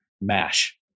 mash